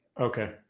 Okay